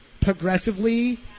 progressively